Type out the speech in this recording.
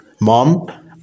Mom